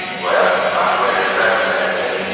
well, my friend had recommended it,